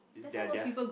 their their